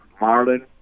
Marlin